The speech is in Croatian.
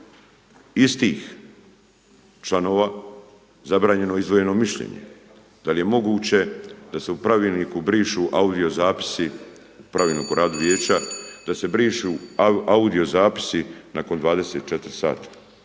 istih članova zabranjeno izdvojeno mišljenje. Da li je moguće da se u pravilniku brišu audio zapisi, Pravilniku o radu vijeća da se brišu audio zapisi nakon 24 sata.